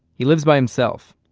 he lives by himself.